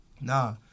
nah